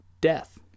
death